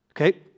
okay